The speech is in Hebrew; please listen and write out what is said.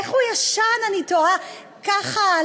איך הוא ישן, אני תוהה, ככה?